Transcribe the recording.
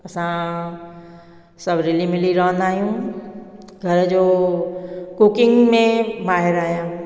असां सभु रिली मिली रहंदा आहियूं घर जो कुकिंग में माहिरु आहियां